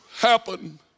happen